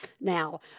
now